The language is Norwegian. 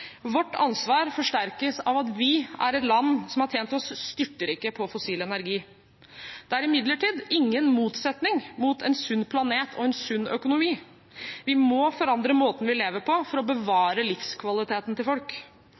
Vårt ansvar forsterkes av at vi er et land som har tjent oss styrtrike på fossil energi. Det er imidlertid ingen motsetning mellom en sunn planet og en sunn økonomi, men vi må forandre måten vi lever på, for å bevare livskvaliteten til folk.